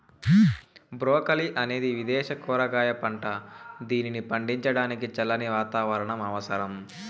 broccoli అనేది విదేశ కూరగాయ పంట, దీనిని పండించడానికి చల్లని వాతావరణం అవసరం